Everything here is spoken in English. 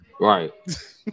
Right